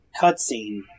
cutscene